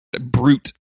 brute